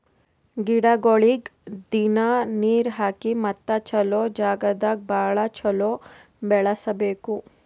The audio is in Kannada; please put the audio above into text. ಗಿಡಗೊಳಿಗ್ ದಿನ್ನಾ ನೀರ್ ಹಾಕಿ ಮತ್ತ ಚಲೋ ಜಾಗ್ ದಾಗ್ ಭಾಳ ಚಲೋ ಬೆಳಸಬೇಕು